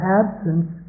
absence